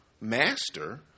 master